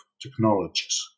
technologies